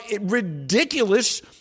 ridiculous